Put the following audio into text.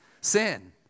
Sin